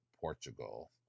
Portugal